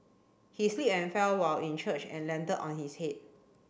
he slipped and fell while in church and landed on his head